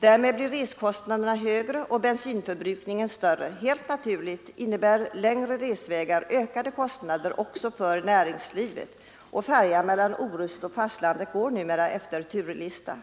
Därmed blir reskostnaderna högre och bensinförbrukningen större. Helt naturligt innebär längre resvägar ökade kostnader också för näringslivet. Färjan mellan Orust och fastlandet går numera efter turlista.